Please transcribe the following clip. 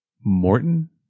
morton